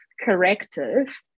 corrective